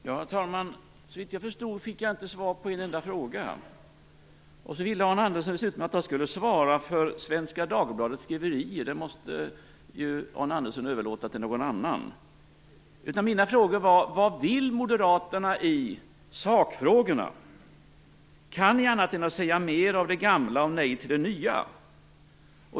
Herr talman! Såvitt jag förstod fick jag inte svar på en enda fråga. Dessutom ville Arne Andersson att jag skulle svara för Svenska Dagbladets skriverier. Detta måste dock Arne Andersson överlåta till någon annan. Mina frågor var: Vad vill Moderaterna i sakfrågorna? Kan ni annat än att säga mer av det gamla och nej till det nya?